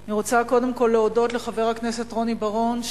אני רוצה קודם כול להודות לחבר הכנסת רוני בר-און,